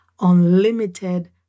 unlimited